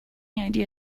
idea